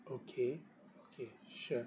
okay okay sure